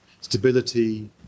stability